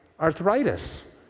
arthritis